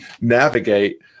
navigate